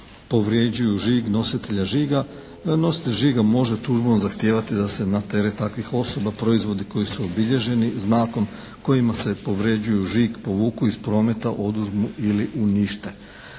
povređuju žig, nositelja žiga. Nositelj žiga može tužbom zahtijevati da se na teret takvih osoba proizvodi koji su obilježeni znakom kojima se povređuju žig povuku iz prometa, oduzmu ili unište.